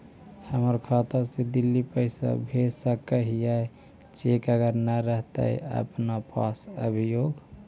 हमर खाता से दिल्ली पैसा भेज सकै छियै चेक अगर नय रहतै अपना पास अभियोग?